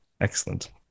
Excellent